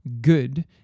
good